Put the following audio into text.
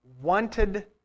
wanted